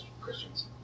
Christians